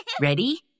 Ready